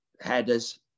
headers